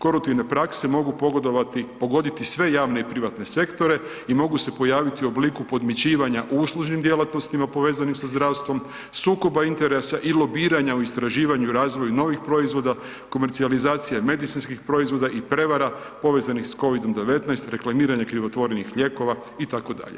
Koruptivne prakse mogu pogoditi sve javne i privatne sektore i mogu se pojaviti u obliku podmićivanja u uslužnim djelatnostima povezanim sa zdravstvom, sukoba interesa i lobiranja u istraživanju i razvoju novih proizvoda, komercijalizacije medicinskih proizvoda i prevara povezanih sa COVID-19, reklamiranje krivotvorenih lijekova itd.